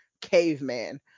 caveman